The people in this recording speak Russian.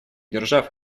держав